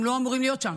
הם לא אמורים להיות שם.